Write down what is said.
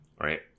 right